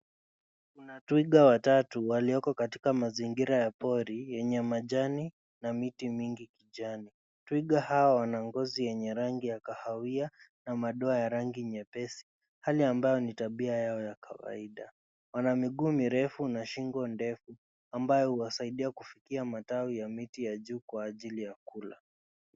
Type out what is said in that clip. Kuna twiga watatu walioko katika mazingira ya pori yenye majani na miti mingi kijani. Twiga hawa wana ngozi yenye rangi ya kahawia na madoa ya rangi nyepesi, hali ambayo ni tabia yao ya kawaida. Wana miguu mirefu na shingo ndefu ambayo huwasaidia kufikia matawi ya miti ya juu kwa ajili ya kula.